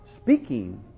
speaking